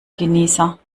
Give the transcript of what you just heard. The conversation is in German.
genießer